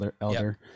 Elder